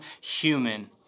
human